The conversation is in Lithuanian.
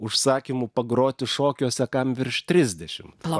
užsakymų pagroti šokiuose kam virš trisdešim na